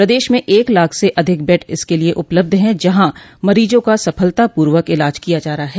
प्रदेश में एक लाख स अधिक बेड इसके लिये उपलब्ध है जहां मरीजों का सफलतापूर्वक इलाज किया जा रहा है